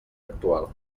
actual